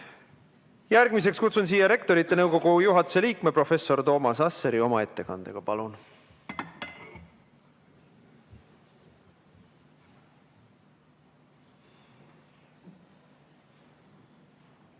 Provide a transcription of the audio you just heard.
Järgmiseks kutsun siia Rektorite Nõukogu juhatuse liikme professor Toomas Asseri oma ettekannet tegema.